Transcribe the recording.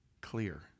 clear